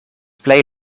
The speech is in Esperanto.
plej